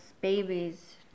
babies